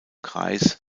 kreis